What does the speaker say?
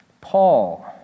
Paul